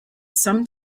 some